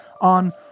on